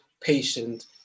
patient